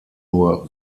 nur